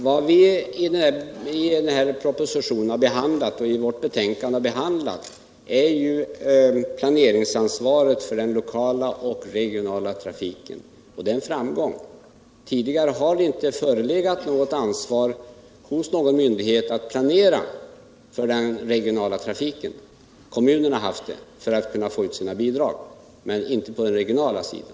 Vad vi i propositionen och i betänkandet har behandlat är planeringsansvaret för den lokala och regionala trafiken — och det är en framgång. Tidigare har det inte förelegat något ansvar hos någon myndighet att planera för den regionala trafiken. Kommunerna har haft ett sådant ansvar för att kunna få ut sina bidrag, men det har inte funnits någon motsvarighet på den regionala sidan.